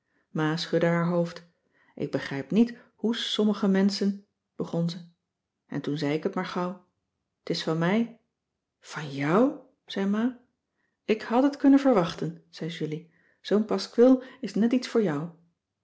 schudde haar hoofd ik begrijp niet hoe sommige menschen begon ze en toen zei ik het maar gauw t is van mij van jou zei ma ik had het kunnen verwachten zei julie zoo'n paskwil is net iets voor jou